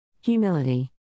Humility